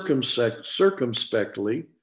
circumspectly